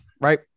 Right